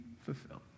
fulfilled